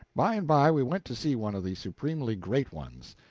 by and by we went to see one of the supremely great ones.